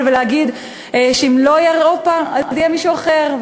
ולהגיד שאם לא תהיה אירופה יהיה מישהו אחר,